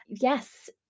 Yes